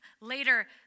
later